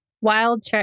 wild